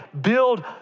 build